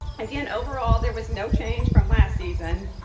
again, overall there was no change from last season.